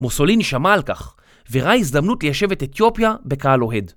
מוסוליני שמע על כך, וראה הזדמנות ליישב את אתיופיה בקהל אוהד.